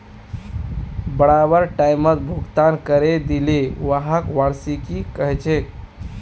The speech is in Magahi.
बराबर टाइमत भुगतान करे दिले व्हाक वार्षिकी कहछेक